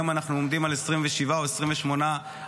והיום אנחנו עומדים על 27 או 28 עמודים,